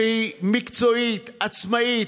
שהיא מקצועית, עצמאית.